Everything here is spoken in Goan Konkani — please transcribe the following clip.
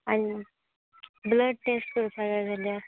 आनी ब्लड टॅस्ट करपा जाय जाल्यार